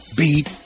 beat